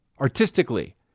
artistically